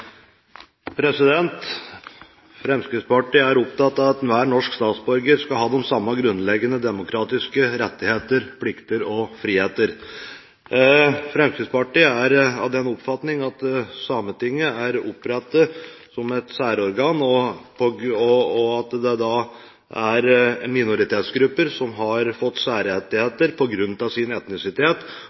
det. Fremskrittspartiet er opptatt av at enhver statsborger skal ha de samme grunnleggende demokratiske rettigheter, plikter og friheter. Fremskrittspartiet er av den oppfatning at Sametinget er opprettet som et særorgan, og at minoritetsgrupper har fått særrettigheter på grunn av sin etnisitet,